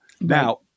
Now